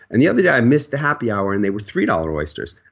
and the other day i missed the happy hour and they were three dollar oysters.